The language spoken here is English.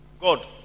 God